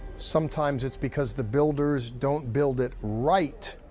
sometimes it's because the builders don't build it right.